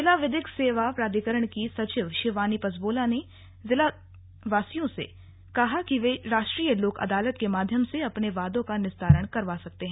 जिला विधिक सेवा प्राधिकरण की सचिव िंगवानी पसंबोला ने जिलावासियों से कहा है कि वे राष्ट्रीय लोक अदालत के माध्यम से अपने वादों का निस्तारण करवा सकते हैं